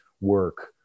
work